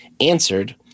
answered